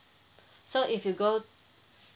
so if you go